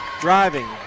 driving